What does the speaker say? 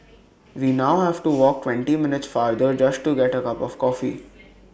we now have to walk twenty minutes farther just to get A cup of coffee